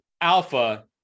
alpha